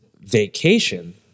vacation